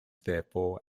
therefore